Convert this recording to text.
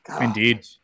Indeed